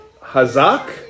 hazak